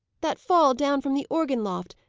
that fall down from the organ loft.